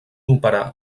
operar